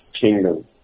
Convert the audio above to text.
kingdom